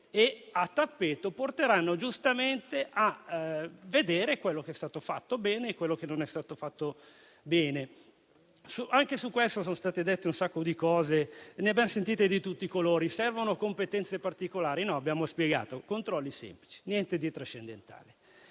e, a tappeto, porteranno giustamente a vedere quello che è stato fatto bene e quello che non è stato fatto bene. A tale riguardo sono state dette molte cose, ne abbiamo sentite di tutti i colori. Servono competenze particolari? No, abbiamo spiegato che si tratta di controlli semplici, niente di trascendentale.